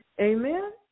Amen